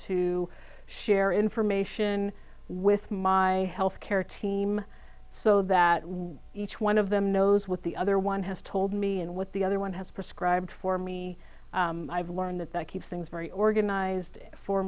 to share information with my health care team so that we each one of them knows what the other one has told me and what the other one has prescribed for me i've learned that that keeps things very organized for